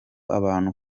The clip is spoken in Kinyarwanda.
abantu